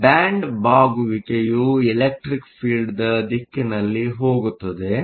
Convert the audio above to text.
ಈ ಬ್ಯಾಂಡ್ ಬಾಗುವಿಕೆಯು electric field ನ ದಿಕ್ಕಿನಲ್ಲಿ ಹೋಗುತ್ತದೆ